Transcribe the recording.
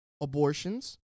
abortions